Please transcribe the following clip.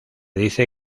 dice